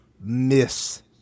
miss